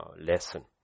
lesson